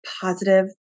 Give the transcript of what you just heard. positive